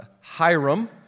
Hiram